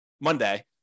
monday